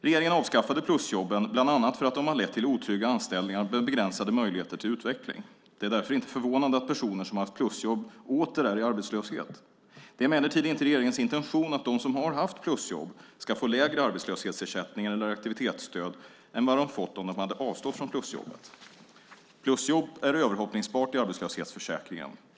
Regeringen avskaffade plusjobben bland annat för att de har lett till otrygga anställningar med begränsade möjligheter till utveckling. Det är därför inte förvånande att personer som har haft plusjobb åter är i arbetslöshet. Det är emellertid inte regeringens intention att de som har haft plusjobb ska få lägre arbetslöshetsersättning eller aktivitetsstöd än vad de hade fått om de hade avstått från plusjobbet. Plusjobb är överhoppningsbart i arbetslöshetsförsäkringen.